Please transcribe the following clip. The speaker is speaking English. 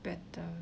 better